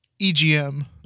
EGM